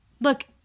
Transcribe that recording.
Look